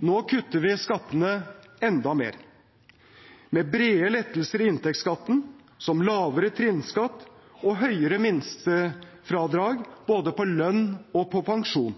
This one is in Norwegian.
Nå kutter vi skattene enda mer, med brede lettelser i inntektsskatten, som lavere trinnskatt, høyere minstefradrag både på lønn og på pensjon